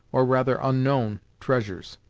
or rather unknown, treasures.